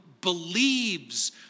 believes